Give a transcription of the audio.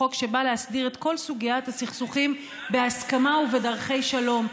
חוק שבא להסדיר את כל סוגיית הסכסוכים בהסכמה ובדרכי שלום,